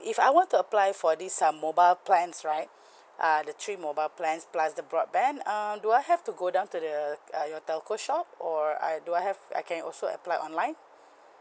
if I were to apply for this um mobile plans right uh the three mobile plans plus the broadband err do I have to go down to the uh your telco shop or I do I have I can also apply online